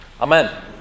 Amen